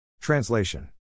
Translation